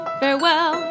farewell